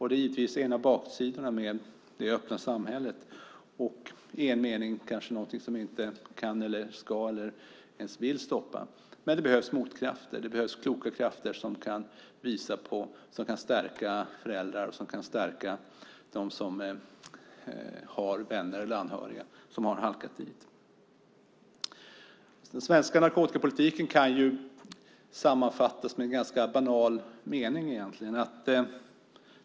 Det är en av baksidorna med det öppna samhället och i en mening kanske något vi varken kan, ska eller ens vill stoppa. Det behövs dock motkrafter. Det behövs kloka krafter som kan stärka föräldrar och dem som har vänner eller anhöriga som har halkat dit. Den svenska narkotikapolitiken kan sammanfattas med en ganska banal mening.